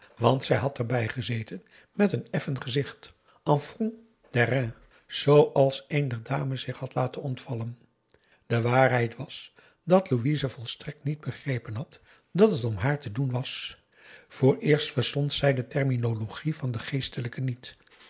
want zij had erbij gezeten met een effen gezicht n front d'airain zooals een der dames zich had laten ontvallen de waarheid was dat louise volstrekt niet begrepen had dat het om haar te doen was vooreerst verstond zij de terminologie van den geestelijke niet